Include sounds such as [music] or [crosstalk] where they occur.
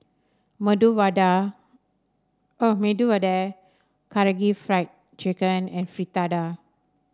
[unintelligible] Vada [hesitation] Medu Vada Karaage Fried Chicken and Fritada